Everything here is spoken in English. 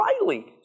Riley